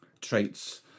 traits